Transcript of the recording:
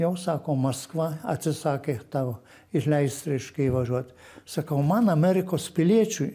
jau sako maskva atsisakė tau įleist reiškia įvažiuot sakau man amerikos piliečiui